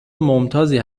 ممتازی